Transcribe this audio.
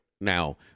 Now